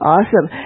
Awesome